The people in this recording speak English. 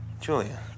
Julia